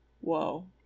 Whoa